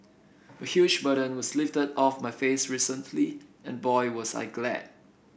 a huge burden was lifted off my face recently and boy was I glad